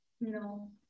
No